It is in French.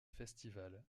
festival